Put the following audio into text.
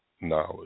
knowledge